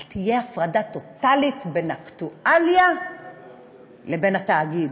אבל תהיה הפרדה טוטלית בין אקטואליה לבין התאגיד,